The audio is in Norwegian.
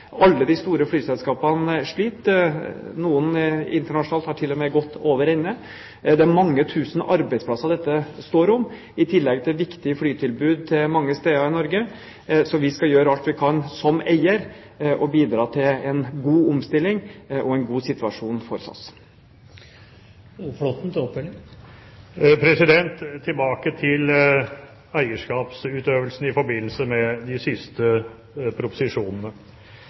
Alle de store flyselskapene sliter. Noen internasjonale selskaper har til og med gått over ende. Det er mange tusen arbeidsplasser dette står om, i tillegg til viktige flytilbud mange steder i Norge. Så vi skal gjøre alt vi kan som eier, for å bidra til en god omstilling og en god situasjon for SAS. Tilbake til eierskapsutøvelsen i forbindelse med de siste proposisjonene: